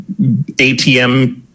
ATM